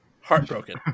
heartbroken